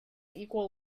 equal